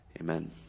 amen